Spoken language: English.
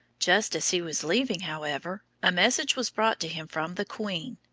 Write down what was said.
just as he was leaving, however, a message was brought to him from the queen,